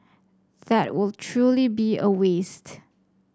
that will truly be a waste